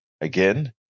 Again